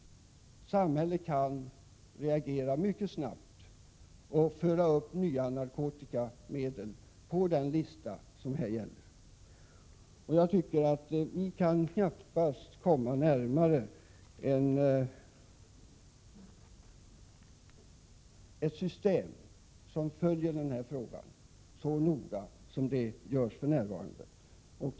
Som det nu är kan samhället mycket snabbt reagera och föra upp nya narkotikamedel på den lista som gäller. Man kan knappast komma närmare ett system som innebär att man följer denna fråga så noga som för närvarande sker.